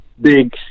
big